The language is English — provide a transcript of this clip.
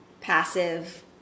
passive